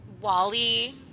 Wally